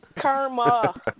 karma